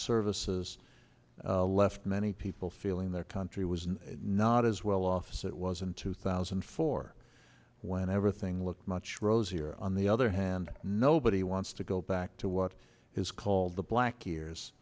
services left many people feeling their country was not as well off so it was in two thousand and four when everything looked much rosier on the other hand nobody wants to go back to what is called the black ears